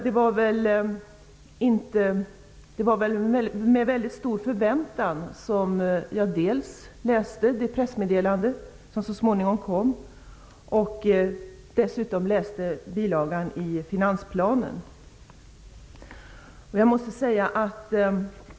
Det var med mycket stor förväntan som jag läste dels det pressmeddelande som så småningom kom, dels bilagan i finansplanen.